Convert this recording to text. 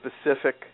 specific